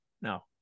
No